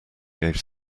gave